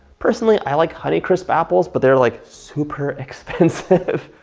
personally, i like honey crisp apples but they're like super expensive.